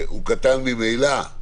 שהוא קטן ממילא,